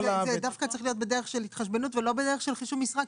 זה דווקא צריך להיות בדרך של התחשבנות ולא בדרך של חישוב משרה?